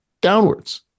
downwards